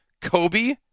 Kobe